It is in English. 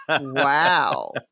wow